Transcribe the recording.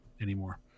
anymore